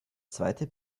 zweite